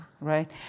Right